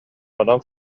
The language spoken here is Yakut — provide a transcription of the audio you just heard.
онон